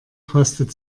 kostet